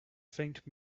faint